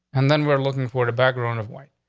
and then we're looking for the background of white.